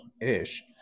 ish